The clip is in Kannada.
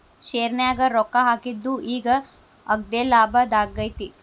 ಶೆರ್ನ್ಯಾಗ ರೊಕ್ಕಾ ಹಾಕಿದ್ದು ಈಗ್ ಅಗ್ದೇಲಾಭದಾಗೈತಿ